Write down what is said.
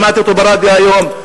שמעתי אותו ברדיו היום,